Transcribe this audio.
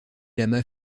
lama